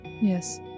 Yes